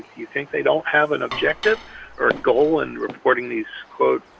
you think they don't have an objective or goal in reporting these, but